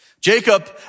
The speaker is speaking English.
Jacob